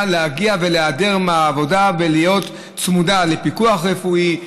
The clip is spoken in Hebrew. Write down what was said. להיעדר מהעבודה ולהיות צמודה לפיקוח רפואי,